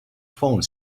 phone